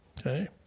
Okay